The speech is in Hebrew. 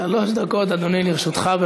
שלוש דקות, אדוני, לרשותך.